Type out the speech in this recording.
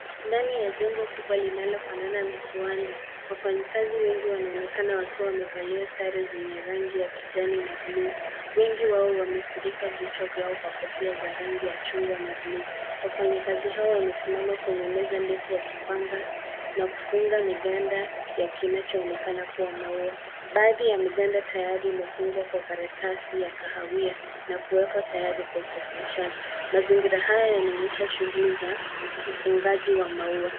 Ndani ya jengo kubwa linalofanana na kiwanda, wafanyikazi wengi wanaonekana wakiwa wamevalia sare zenye rangi ya kijani na buluu. Wengi wao wamefunika vichwa vyao kwa kofia za rangi ya chungwa na buluu. Wafanyakazi hao wamesimama kwenye meza ndefu wakipanga na kufunga miganda ya kinachoonekana kuwa maua. Baadhi ya miganda tayari imefungwa kwa karatasi ya kahawia na kuwekwa tayari kwa usafirishaji. Mazingira haya yanaonyesha shughuli za ufungaji wa maua.